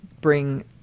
bring